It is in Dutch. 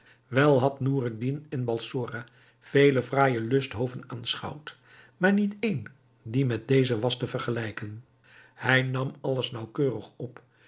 wel had noureddin in balsora vele fraaije lusthoven aanschouwd maar niet een die met dezen was te vergelijken hij nam alles naauwkeurig op